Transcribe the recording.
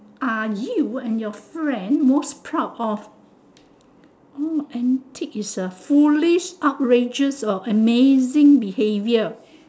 are you and your friend most proud of oh antic is a foolish outrageous or amazing behaviour